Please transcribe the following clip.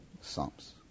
Psalms